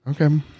okay